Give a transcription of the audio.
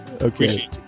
Okay